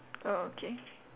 oh okay